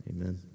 amen